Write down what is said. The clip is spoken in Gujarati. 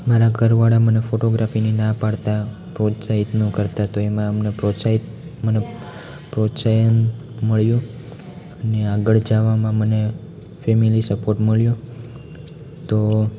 મારા ઘરવાળા મને ફોટોગ્રાફીની ના પાડતા પ્રોત્સાહિત ના કરતાં તો એમાં અમને પ્રોત્સાહિત મને પ્રોત્સાહન મળ્યું અને આગળ જાવામાં મને ફેમેલી સપોર્ટ મળ્યો તો